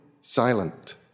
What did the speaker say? silent